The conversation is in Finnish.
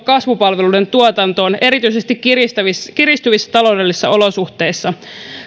kasvupalveluiden tuotantoon erityisesti kiristyvissä kiristyvissä taloudellisissa olosuhteissa